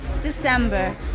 december